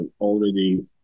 already